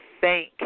thank